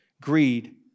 Greed